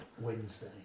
Wednesday